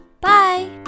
Bye